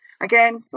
Again